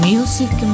Music